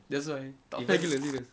that's why tak fair gila serious